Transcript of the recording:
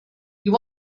you